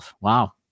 wow